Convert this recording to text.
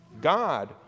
God